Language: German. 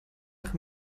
nach